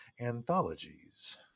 anthologies